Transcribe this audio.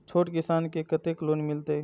छोट किसान के कतेक लोन मिलते?